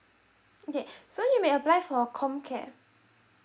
okay so you may apply for com care